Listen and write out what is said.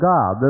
God